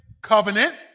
covenant